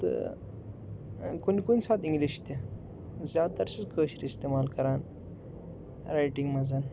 تہٕ کُنہِ کُنہِ ساتہٕ اِنٛگلِش تہِ زیادٕتَر چھُس کٲشُر استعمال کَران رایٹِنٛگ مَنٛز